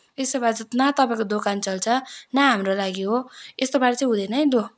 यसो भए चाहिँ न तपाईँको दोकान चल्छ न हाम्रो लागि हो यस्तो पाराले चाहिँ हुँदैन है दोकान